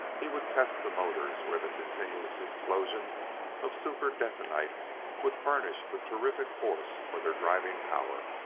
he would test the motors where the continuous explosion of super-detonite would furnish the terrific force for their driving power.